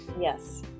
Yes